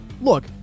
look